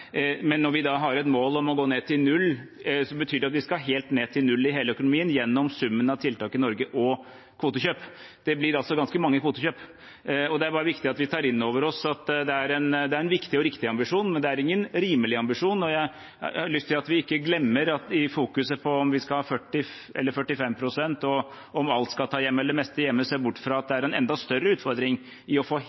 Når vi har et mål om å gå ned til null, betyr det at vi skal helt ned til null i hele økonomien gjennom summen av tiltak i Norge og kvotekjøp. Det blir ganske mange kvotekjøp. Det er viktig at vi tar inn over oss at det er en viktig og riktig ambisjon, men det er ingen rimelig ambisjon, og vi må ikke glemme – og se bort fra – når vi fokuserer på om vi skal ha 40 pst. eller 45 pst., og om alt skal tas hjemme eller det meste hjemme, at det er en enda større utfordring å få